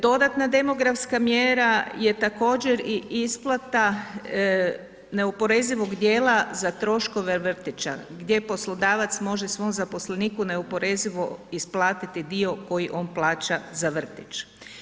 Dodatna demografska mjera je također i isplata neoporezivog dijela za troškove vrtića gdje poslodavac može svom zaposleniku neoporezivo isplatiti dio koji on plaća za vrtić.